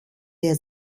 der